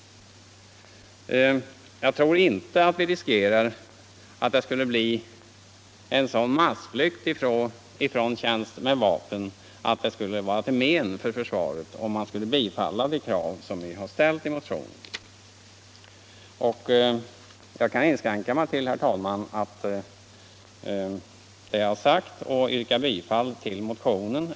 Jag tror inte att vi riskerar en sådan massflykt från tjänst med vapen att det skulle vara till men för försvaret om man skulle bifalla de krav som vi har ställt i motionen. Herr talman! Jag kan inskränka mig till det jag har sagt och yrkar bifall till motionen.